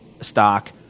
stock